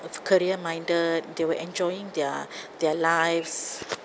was career minded they still enjoying their their lives